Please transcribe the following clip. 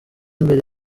imbere